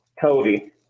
cody